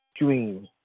dream